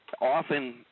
Often